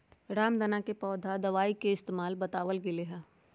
रामदाना के पौधा दवाई के इस्तेमाल बतावल गैले है